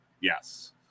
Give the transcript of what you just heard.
yes